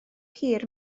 hir